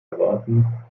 erwarten